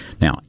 Now